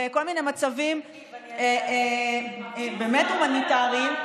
בכל מיני מצבים באמת הומניטריים.